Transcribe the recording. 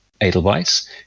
Edelweiss